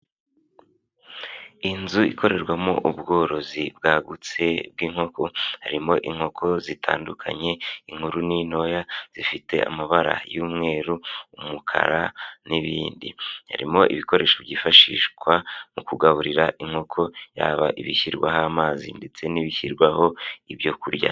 Inzu ikorerwamo ubworozi bwagutse bw'inkoko, harimo inkoko zitandukanye inkuru n'intoya zifite amabara y'umweru, umukara n'ibindi, harimo ibikoresho byifashishwa mu kugaburira inkoko yaba ibishyirwaho amazi ndetse n'ibishyirwaho ibyo kurya.